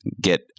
get